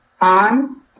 on